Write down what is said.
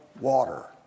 water